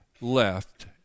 left